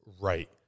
right